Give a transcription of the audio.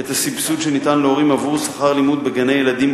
את הסבסוד שניתן להורים עבור שכר-לימוד בגני-ילדים,